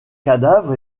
cadavre